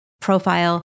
profile